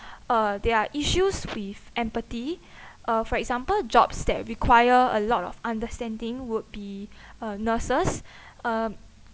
uh there are issues with empathy uh for example jobs that require a lot of understanding would be uh nurses uh